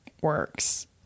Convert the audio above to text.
works